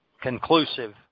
conclusive